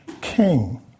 king